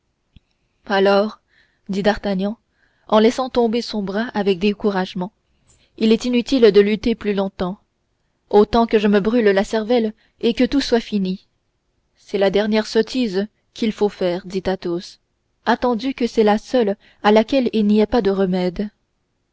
alors dit d'artagnan en laissant tomber son bras avec découragement il est inutile de lutter plus longtemps autant que je me brûle la cervelle et que tout soit fini c'est la dernière sottise qu'il faut faire dit athos attendu que c'est la seule à laquelle il n'y ait pas de remède